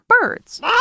birds